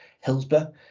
Hillsborough